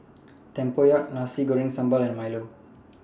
Tempoyak Nasi Goreng Sambal and Milo